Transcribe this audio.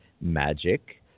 magic